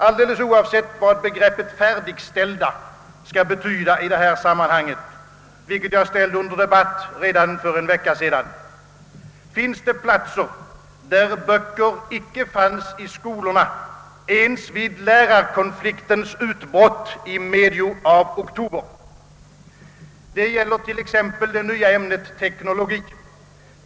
Alldeles oavsett vad begreppet »färdigställda» skall betyda i detta sammanhang, vilket jag ställde under debatt redan för en vecka sedan, finns det platser, där böcker inte fanns i skolorna ens vid lärarkonfliktens utbrott i medio oktober. Det gäller t.ex. det nya ämnet teknologi.